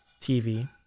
TV